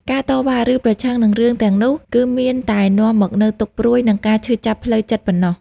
ការតវ៉ា ឬប្រឆាំងនឹងរឿងទាំងនោះ គឺមានតែនាំមកនូវទុក្ខព្រួយ និងការឈឺចាប់ផ្លូវចិត្តប៉ុណ្ណោះ។